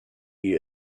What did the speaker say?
you